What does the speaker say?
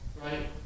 right